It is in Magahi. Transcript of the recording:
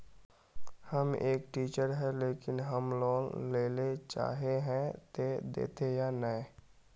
हम एक टीचर है लेकिन हम लोन लेले चाहे है ते देते या नय?